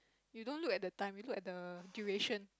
you don't look at the time you look at the duration